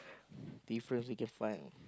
difference we can find